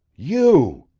you!